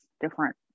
different